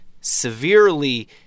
severely